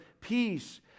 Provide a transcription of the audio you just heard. peace